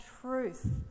truth